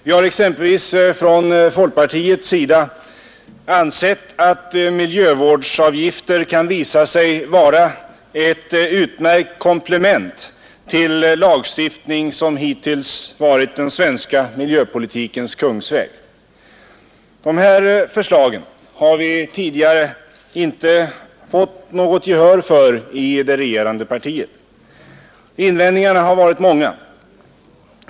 Vi har exempelvis från folkpartiets sida ansett att miljövårdsavgifter kan visa sig vara ett utmärkt komplement till lagstiftning, som hittills varit den svenska miljöpolitikens kungsväg. De här förslagen har vi tidigare inte fått något gehör för i det regerande partiet. Invändningarna har varit många.